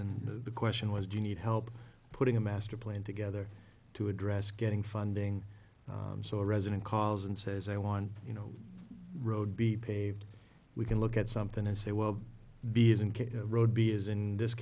and the question was do you need help putting a master plan together to address getting funding so a resident calls and says i want you know road be paved we can look at something and say well be isn't road be is in this